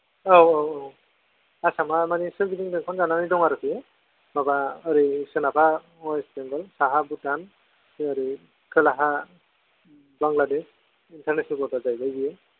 औ औ आदसा मा माजों सोरगिदिं बेंखन जानानै दङ आरोथखि बे माबा ओरै सोनाबहा अवेस्ट बेंगल साहा भुटान ओरै खोलाहा बांग्लादेश इन्टारनेशनेल बर्डार जाहैबाय बियो